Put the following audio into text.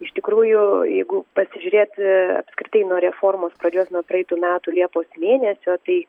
iš tikrųjų jeigu pasižiūrėti apskritai nuo reformos pradžios nuo praeitų metų liepos mėnesio tai